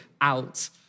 out